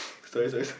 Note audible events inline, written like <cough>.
sorry sorry <laughs>